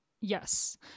Yes